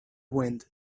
wind